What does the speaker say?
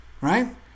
Right